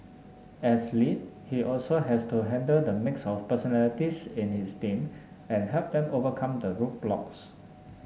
as lead he also has to handle the mix of personalities in his team and help them overcome the roadblocks